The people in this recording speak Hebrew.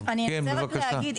אני ארצה רק להגיד,